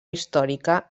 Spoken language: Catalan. històrica